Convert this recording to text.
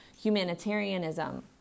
humanitarianism